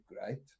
right